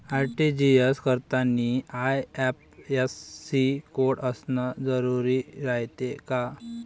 RTGS करतांनी IFSC code असन जरुरी रायते का?